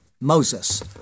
Moses